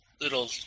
little